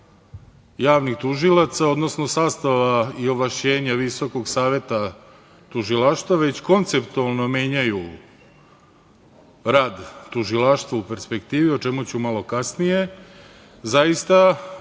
javnih tužilaca, odnosno sastava i ovlašćenja Visokog saveta tužilaštva, već konceptualno menjaju rad tužilaštva u perspektivi, o čemu ću malo kasnije, zaista je bilo